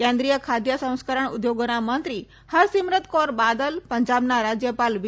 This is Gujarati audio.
કેન્દ્રિય ખાદ્ય સંસ્કરણ ઉદ્યોગોના મંત્રી હરસિમરત કૌર બાદલ પંજાબના રાજ્યપાલ વી